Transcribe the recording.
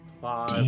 Five